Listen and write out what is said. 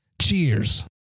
Cheers